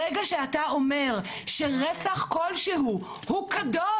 ברגע שאתה אומר שרצח כלשהו הוא קדוש,